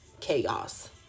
chaos